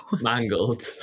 mangled